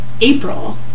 April